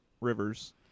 Rivers